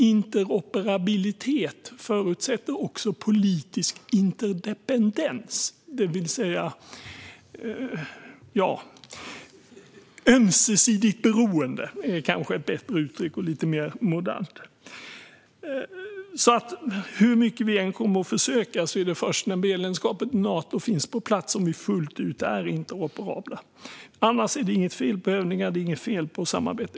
Interoperabilitet förutsätter nämligen också politisk interdependens - ömsesidigt beroende är kanske ett bättre och lite mer modernt uttryck. Hur mycket vi än kommer att försöka är vi alltså fullt ut interoperabla först när medlemskap i Nato finns på plats. Annars är det inget fel på övningar. Det är inget fel på samarbete.